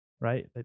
right